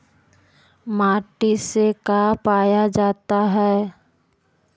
माटी से का पाया जाता है?